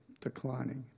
declining